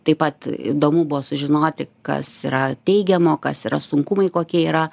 taip pat įdomu buvo sužinoti kas yra teigiamo kas yra sunkumai kokie yra